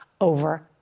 over